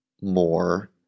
more